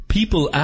People